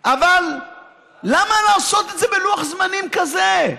אבל למה לעשות את זה בלוח זמנים כזה?